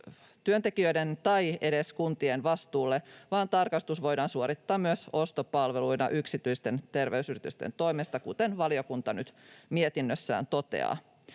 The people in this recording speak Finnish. työntekijöiden tai edes kuntien vastuulle vaan tarkastus voidaan suorittaa myös ostopalveluina yksityisten terveysyritysten toimesta, kuten valiokunta nyt mietinnössään toteaa.